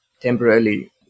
temporarily